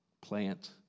plant